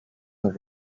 the